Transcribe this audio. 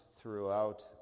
throughout